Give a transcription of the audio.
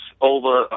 over